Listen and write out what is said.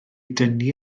dynnu